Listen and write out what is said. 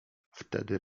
wtedy